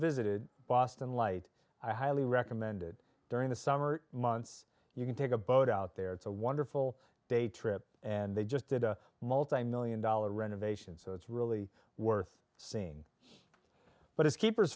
visited boston light i highly recommend it during the summer months you can take a boat out there it's a wonderful day trip and they just did a multimillion dollar renovation so it's really worth seeing but as keepers